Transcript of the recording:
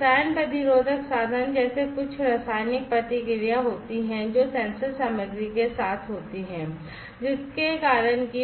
रसायन